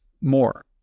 more